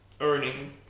earning